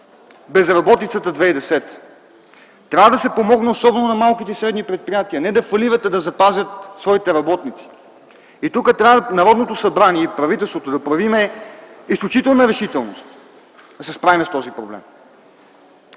безработицата през 2010 г. Трябва да се помогне особено на малките и средните предприятия и не да фалират, а да запазят своите работници. И тук трябва Народното събрание и правителството да проявим изключителна решителност, за да се справим с този проблем.